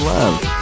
Love